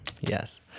Yes